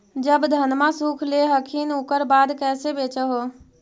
जब धनमा सुख ले हखिन उकर बाद कैसे बेच हो?